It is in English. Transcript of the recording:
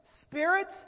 spirit